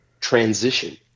transition